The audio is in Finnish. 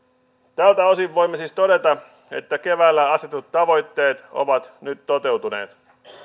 tältä osin voimme siis todeta että keväällä asetetut tavoitteet ovat nyt toteutuneet